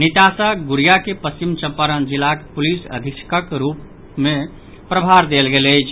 निताशा गुड़िया के पश्चिम चंपारण जिलाक पुलिस अधीक्षकक प्रभार देल गेल अछि